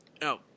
no